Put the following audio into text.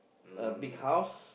a big house